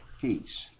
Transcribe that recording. peace